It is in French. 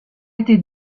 été